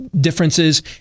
differences